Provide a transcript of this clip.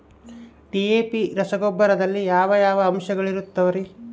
DAP ರಸಗೊಬ್ಬರದಲ್ಲಿ ಯಾವ ಯಾವ ಅಂಶಗಳಿರುತ್ತವರಿ?